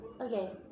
Okay